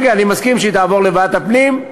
כן, כן, אני מסכים שהיא תעבור לוועדת הפנים.